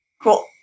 Cool